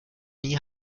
nie